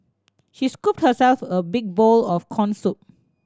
she scooped herself a big bowl of corn soup